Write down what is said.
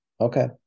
Okay